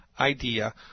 idea